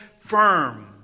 firm